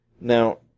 Now